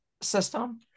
system